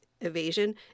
evasion